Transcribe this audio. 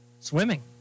Swimming